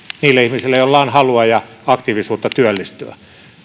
niille ihmisille joilla on halua ja aktiivisuutta työllistyä